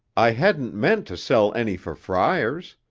i hadn't meant to sell any for fryers.